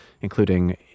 including